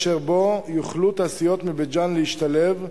אשר תעשיות מבית-ג'ן יוכלו להשתלב בו.